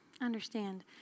Understand